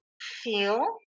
feel